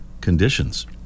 conditions